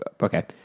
Okay